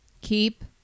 keep